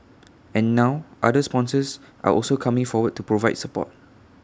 and now other sponsors are also coming forward to provide support